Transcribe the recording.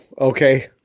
okay